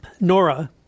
Nora